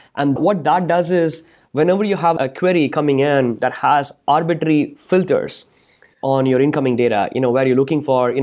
and what that does is whenever you have a query coming in that has arbitrary filters on your incoming data you know where you're looking for,